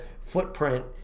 footprint